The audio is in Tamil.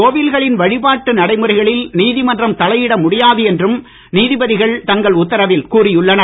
கோவில்களின் வழிபாட்டு நடைமுறைகளில் நீதிமன்றம் தலையிட முடியாது என்றும் நீதிபதிகள் தங்கள் உத்தரவில் கூறியுள்ளனர்